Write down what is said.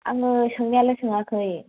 आङो सोंनायालाय सोङाखै